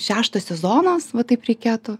šeštas sezonas va taip reikėtų